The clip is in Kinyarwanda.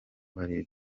bari